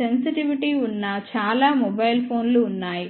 sensitivity ఉన్న చాలా mobile ఫోన్లు ఉన్నాయి